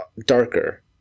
Darker